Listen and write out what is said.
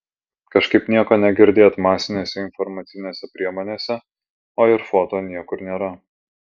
kažkaip nieko negirdėt masinėse informacinėse priemonėse o ir foto niekur nėra